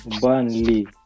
Burnley